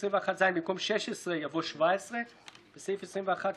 זו האחדות,